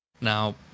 Now